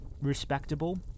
respectable